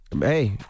Hey